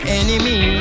enemy